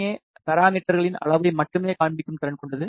ஏ பராமீட்டர்களின் அளவை மட்டுமே காண்பிக்கும் திறன் கொண்டது